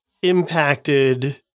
impacted